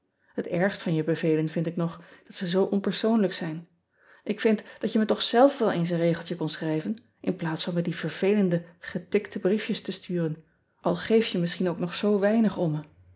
et ergst van je bevelen vind ik nog dat ze zoo onpersoonlijk zijn k vind dat je me toch zelf wel eens een regeltje kon schrijven inplaats van me die vervelende getikte briefjes te sturen al geef je misschien ook nog zoo weinig om